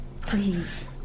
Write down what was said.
Please